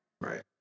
Right